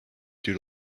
due